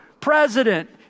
president